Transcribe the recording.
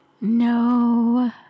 no